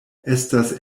estas